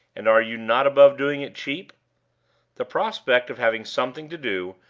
and are you not above doing it cheap the prospect of having something to do,